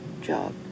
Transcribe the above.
job